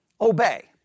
Obey